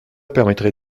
permettrait